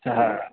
হ্যাঁ